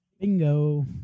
Bingo